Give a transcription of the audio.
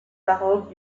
baroque